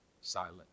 Silent